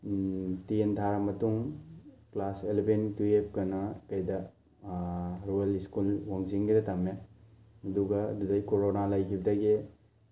ten ꯊꯥꯔ ꯃꯇꯨꯡ class eleven ꯇꯨꯌꯦꯜꯐꯀꯅ ꯀꯩꯗ ꯔꯣꯌꯦꯜ ꯁ꯭ꯀꯨꯜ ꯋꯥꯡꯖꯤꯡꯒꯤꯗ ꯇꯝꯃꯦ ꯑꯗꯨꯒ ꯑꯗꯨꯗꯩ ꯀꯣꯔꯣꯅꯥ ꯂꯩꯈꯤꯕꯗꯒꯤ